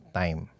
time